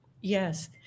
Yes